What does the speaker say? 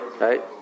right